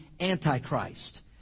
Antichrist